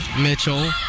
Mitchell